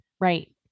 Right